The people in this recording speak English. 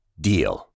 DEAL